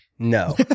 No